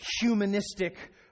humanistic